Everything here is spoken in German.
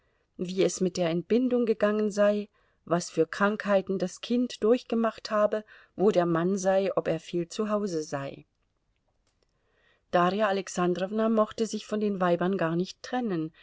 wie es mit der entbindung gegangen sei was für krankheiten das kind durchgemacht habe wo der mann sei ob er viel zu hause sei darja alexandrowna mochte sich von den weibern gar nicht trennen